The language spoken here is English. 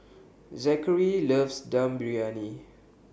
Zackary loves Dum Briyani